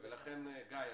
גיא,